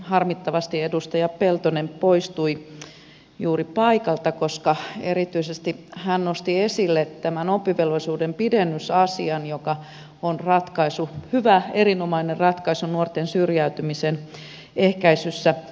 harmittavasti edustaja peltonen poistui juuri paikalta koska erityisesti hän nosti esille tämän oppivelvollisuuden pidennysasian joka on hänen mielestään hyvä erinomainen ratkaisu nuorten syrjäytymisen ehkäisyssä